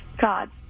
God